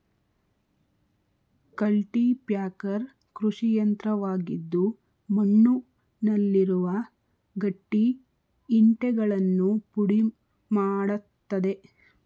cultipacker ಕೃಷಿಯಂತ್ರವಾಗಿದ್ದು ಮಣ್ಣುನಲ್ಲಿರುವ ಗಟ್ಟಿ ಇಂಟೆಗಳನ್ನು ಪುಡಿ ಮಾಡತ್ತದೆ